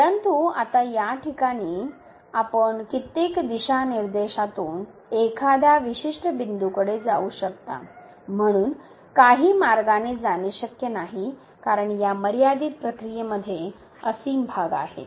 परंतु आता या ठिकाणी आपण कित्येक दिशानिर्देशातून एखाद्या विशिष्ट बिंदूकडे जाऊ शकता म्हणून काही मार्गाने जाणे शक्य नाही कारण या मर्यादित प्रक्रियेमध्ये असीम भाग आहेत